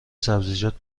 سبزیجات